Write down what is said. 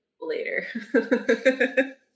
Later